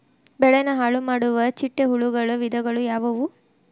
ಬೆಳೆನ ಹಾಳುಮಾಡುವ ಚಿಟ್ಟೆ ಹುಳುಗಳ ವಿಧಗಳು ಯಾವವು?